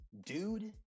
Dude